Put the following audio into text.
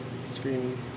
screaming